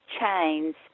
chains